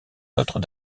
notre